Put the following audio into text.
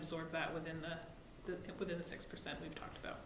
absorb that within the within the six percent we talked about